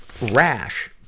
rash